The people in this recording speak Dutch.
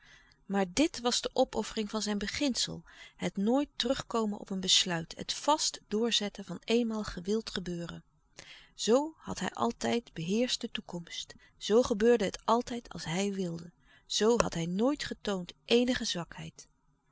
maar dit was de opoffering van zijn beginsel het nooit terugkomen op een besluit het vast doorzetten van eenmaal gewild louis couperus de stille kracht gebeuren zoo had hij altijd beheerscht de toekomst zoo gebeurde het altijd als hij wilde zoo had hij nooit getoond eenige zwakheid